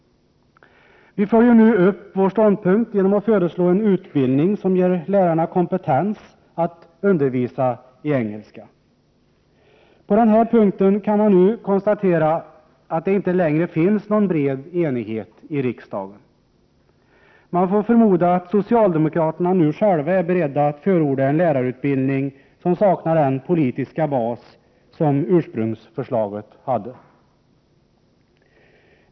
Vi följer nu upp vår ståndpunkt genom att föreslå en utbildning som ger lärarna kompetens att undervisa i engelska. På denna punkt kan man nu konstatera att det inte längre finns någon bred enighet i riksdagen. Man får förmoda att socialdemokraterna nu själva är beredda att förorda en lärarutbildning som saknar den politiska bas som ursprungsförslaget hade.